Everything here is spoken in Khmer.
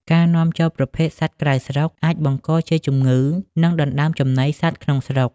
ការនាំចូលប្រភេទសត្វក្រៅស្រុក អាចបង្កជាជំងឺ និងដណ្តើមចំណីសត្វក្នុងស្រុក។